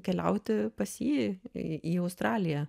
keliauti pas jį į į australiją